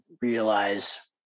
realize